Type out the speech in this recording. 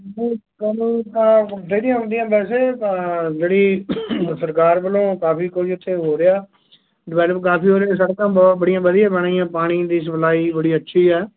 ਵੈਸੇ ਤਾਂ ਜਿਹੜੀ ਸਰਕਾਰ ਵੱਲੋਂ ਕਾਫੀ ਕੁਝ ਉੱਥੇ ਹੋ ਰਿਹਾ ਡਿਵੈਲਪ ਕਾਫੀ ਹੋ ਰਿਹਾ ਸੜਕਾਂ ਬ ਬੜੀਆਂ ਵਧੀਆ ਬਣਾਈਆਂ ਪਾਣੀ ਦੀ ਸਪਲਾਈ ਬੜੀ ਅੱਛੀ ਹੈ